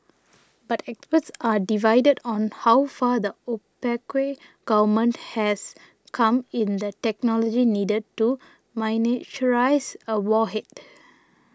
but experts are divided on how far the opaque government has come in the technology needed to miniaturise a warhead